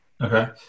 Okay